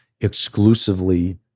exclusively